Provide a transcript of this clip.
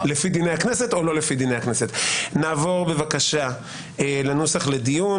נעבור לנוסח לדיון.